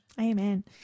Amen